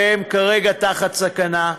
שהן כרגע תחת סכנה,